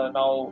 now